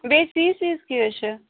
بییہِ فیٖس ویٖس کیاہ حظ چھُ